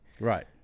Right